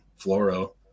fluoro